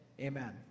Amen